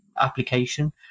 application